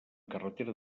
carretera